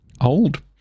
old